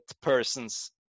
persons